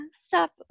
stop